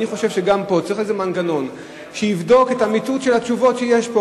אני חושב שגם פה צריך איזה מנגנון שיבדוק את האמיתות של התשובות שיש פה,